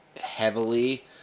heavily